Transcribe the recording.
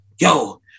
yo